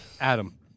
Adam